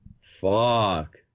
Fuck